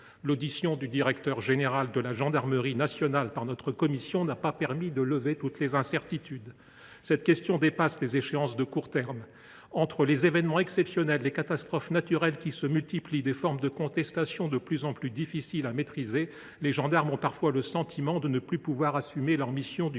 L’audition du directeur général de la gendarmerie nationale par notre commission n’a pas permis de lever toutes les incertitudes. Cette question dépasse les échéances de court terme. Entre les événements exceptionnels, les catastrophes naturelles qui se multiplient et des formes de contestation de plus en plus difficiles à maîtriser, les gendarmes ont parfois le sentiment de ne plus pouvoir assumer leurs missions du quotidien.